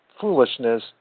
foolishness